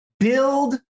Build